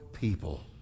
people